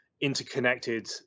interconnected